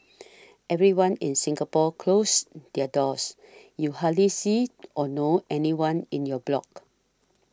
everyone in Singapore closes their doors you hardly see or know anyone in your block